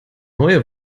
neue